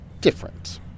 Different